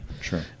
Sure